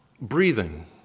breathing